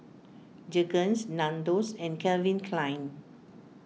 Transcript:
Jergens Nandos and Calvin Klein